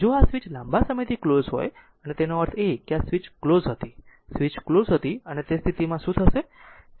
જો આ સ્વીચ લાંબા સમયથી ક્લોઝ હોય તેનો અર્થ એ કે આ સ્વીચ ક્લોઝ હતી સ્વીચ ક્લોઝ હતી અને તે સ્થિતિમાં શું થશે